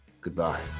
Goodbye